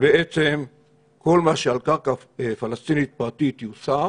שבעצם כל מה שעל קרקע פלסטינית יוסר